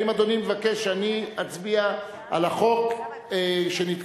האם אדוני מבקש שאני אצביע על החוק שנתקבל